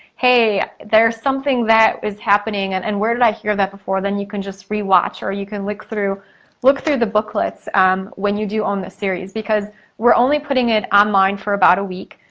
hey, there's something that is happening and and where did i hear that before. then you can just re-watch or you can look through look through the booklets when you do own the series because we're only putting it online for about a week.